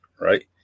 Right